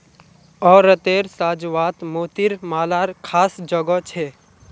औरतेर साज्वात मोतिर मालार ख़ास जोगो छे